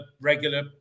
regular